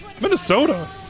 Minnesota